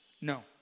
No